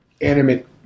animate